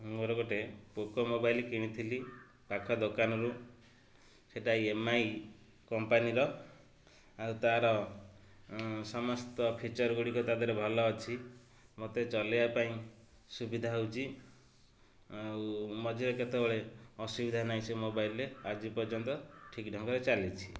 ମୋର ଗୋଟେ Poco mobile କିଣିଥିଲି ପାଖ ଦୋକାନରୁ ସେଟା ଏମ୍ଆଇ କମ୍ପାନୀର ଆଉ ତା'ର ସମସ୍ତ ଫିଚର୍ଗୁଡ଼ିକ ତା ଦେହରେ ଭଲ ଅଛି ମୋତେ ଚଲେଇବା ପାଇଁ ସୁବିଧା ହେଉଛିଆଉ ମଝିରେ କେତେବେଳେ ଅସୁବିଧା ନାହିଁ ସେ ମୋବାଇଲ୍ରେ ଆଜି ପର୍ଯ୍ୟନ୍ତ ଠିକ୍ ଢ଼ଙ୍ଗରେ ଚାଲିଛି